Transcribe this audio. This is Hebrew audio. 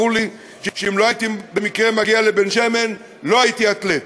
ברור לי שאם לא הייתי במקרה מגיע לבן-שמן לא הייתי אתלט".